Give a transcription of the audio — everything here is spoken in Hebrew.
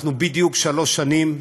אנחנו בדיוק אחרי שלוש שנים,